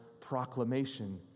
proclamation